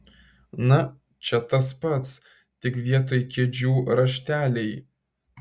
na čia tas pats tik vietoj kėdžių rašteliai